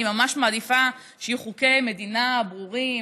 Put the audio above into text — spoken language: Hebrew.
ממש מעדיפה שיהיו חוקי מדינה ברורים,